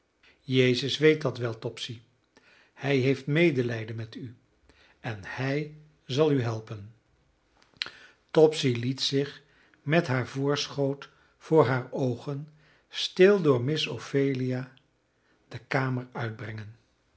jezus weet dat wel topsy hij heeft medelijden met u en hij zal u helpen topsy liet zich met haar voorschoot voor haar oogen stil door miss ophelia de kamer uitbrengen